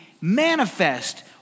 manifest